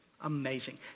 Amazing